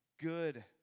good